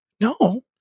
no